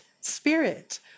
spirit